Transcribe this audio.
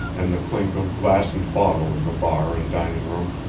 and the clink of glass and bottle in the bar and dining-room,